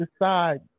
decide